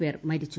പേർ മരിച്ചു